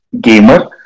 gamer